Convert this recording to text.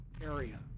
area